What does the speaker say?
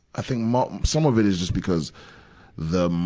i think mo, some of it is just because the mo,